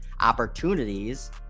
opportunities